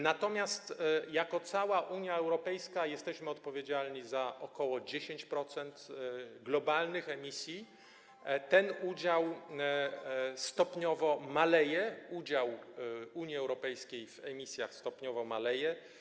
Natomiast jako cała Unia Europejska jesteśmy odpowiedzialni za ok. 10% globalnych emisji i ten udział Unii Europejskiej w emisjach stopniowo maleje.